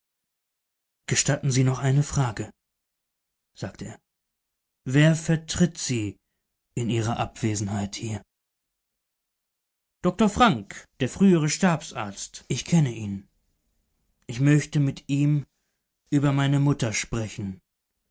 gestatten sie noch eine frage sagte er wer vertritt sie in ihrer abwesenheit von hier dr frank der frühere stabsarzt ich kenne ihn ich möchte mit ihm über meine mutter sprechen